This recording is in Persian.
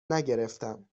نگرفتم